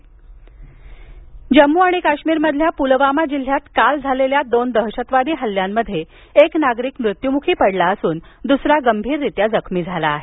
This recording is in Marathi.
दहशतवादी हल्ले जम्मू काश्मीरमधील पुलवामा जिल्ह्यात काल झालेल्या दोन दहशतवादी हल्ल्यांमध्ये एक नागरिक मृत्युमुखी पडला असून दुसरा गंभीररीत्या जखमी झाला आहे